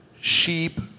sheep